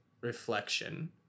reflection